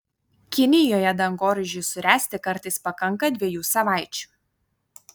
kinijoje dangoraižiui suręsti kartais pakanka dviejų savaičių